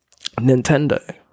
nintendo